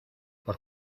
por